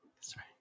Sorry